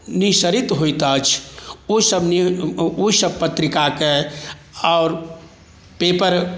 निःश्रित होइत अछि ओहिसभमे ओहिसभ पत्रिकाकेँ आओर पेपर